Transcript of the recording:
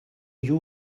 you